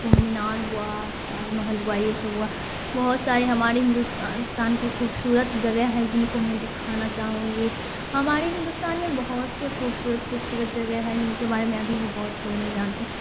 قطب مینار ہوا تاج محل ہوا یہ سب ہوا بہت سارے ہمارے ہندوستان تان کی خوبصورت جگہ ہیں جن کو میں دکھانا چاہوں گی ہمارے ہندوستان میں بہت سے خوبصورت خوبصورت جگہ ہیں جن کے بارے میں ابھی بھی بہت لوگ نہیں جانتے